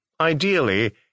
Ideally